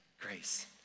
Grace